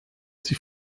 sie